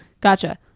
gotcha